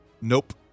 nope